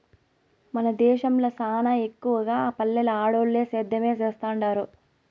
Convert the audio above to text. మన దేశంల సానా ఎక్కవగా పల్లెల్ల ఆడోల్లు సేద్యమే సేత్తండారు